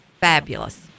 fabulous